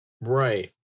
right